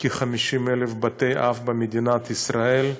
כ-50,000 בתי אב במדינת ישראל.